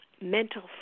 mental